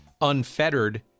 unfettered